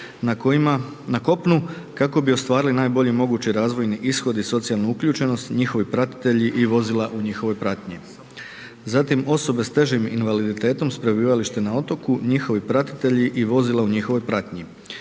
na kopnu kako bi ostvarili najbolji mogući razvojni ishod i socijalnu uključenost, njihovi pratitelji i vozila u njihovoj pratnji. Zatim osobe s težim invaliditetom s prebivalištem na otoku, njihovi pratitelji i vozila u njihovoj pratnji